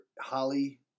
Holly